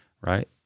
right